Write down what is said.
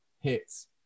hits